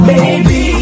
Baby